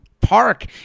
park